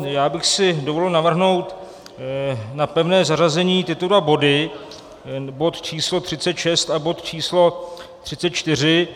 Já bych si dovolil navrhnout na pevné zařazení tyto dva body, bod č. 36 a bod č. 34.